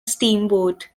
steamboat